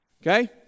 Okay